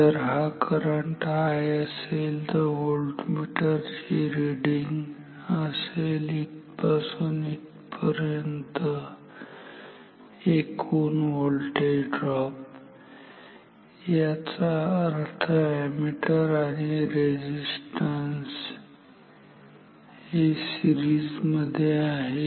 जर हा current I असेल तर व्होल्टमीटर ची रिडींग असेल इथपासून इथपर्यंत एकूण व्होल्टेज ड्रॉप याचा अर्थ एमीटर आणि रेझिस्टन्स हे सिरीज मध्ये आहेत